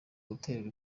guterwa